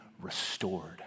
restored